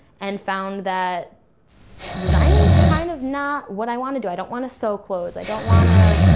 and found that designing's kind of not what i wanna do. i don't wanna sow clothes. i don't wanna,